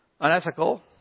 unethical